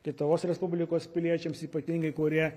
lietuvos respublikos piliečiams ypatingai kurie